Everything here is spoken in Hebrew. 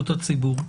הציבור.